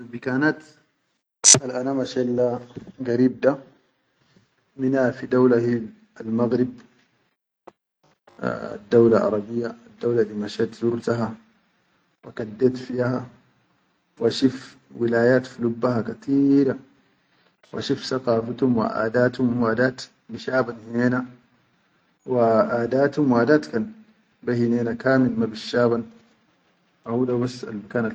Al bikanat alʼana mashet la garib da, mina fi daula hilalmagrib, daula arabiya dauladi mashet da zurta wa kaddet fiha, wa shif wulayat fullubba kateera wa shif sakafitum wa adatuhum wadat shabin hinena wa adatuhum wadat kan be hinena kamil ma bissahabahan haw hudabas al.